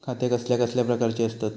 खाते कसल्या कसल्या प्रकारची असतत?